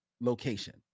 location